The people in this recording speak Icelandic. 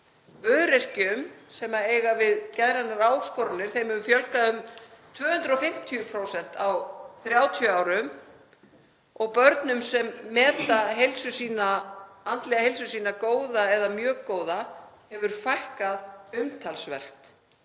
öryrkjum sem eiga við geðrænar áskoranir að stríða hefur fjölgað um 250% á 30 árum og börnum sem meta andlega heilsu sína góða eða mjög góða hefur fækkað umtalsvert